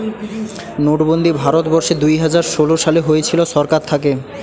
নোটবন্দি ভারত বর্ষে দুইহাজার ষোলো সালে হয়েছিল সরকার থাকে